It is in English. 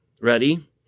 Ready